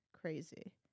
crazy